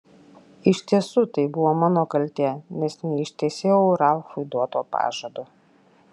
iš tiesų tai buvo mano kaltė nes neištesėjau ralfui duoto pažado